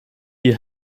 ihr